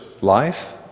life